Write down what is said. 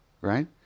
right